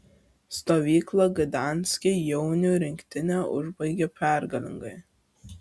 stovyklą gdanske jaunių rinktinė užbaigė pergalingai